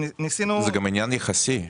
זה גם עניין יחסי.